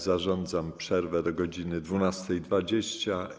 Zarządzam przerwę do godz. 12.20.